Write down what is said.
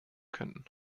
könnten